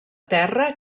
terra